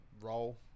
roll